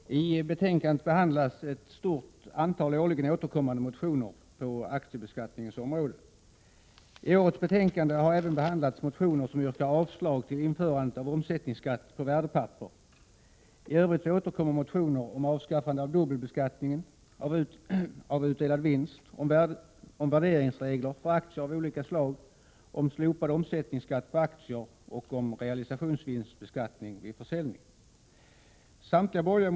Herr talman! I detta betänkande behandlas ett stort antal årligen återkommande motioner på aktiebeskattningens område. I årets betänkande har även behandlats motioner angående omsättningsskatten på värdepapper. I övrigt återkommer motioner om avskaffande av dubbelbeskattning av utdelad vinst, om värderingsregler för aktier av olika slag, om slopad omsättningsskatt på aktier och om realisationsvinstbeskattning vid försäljning.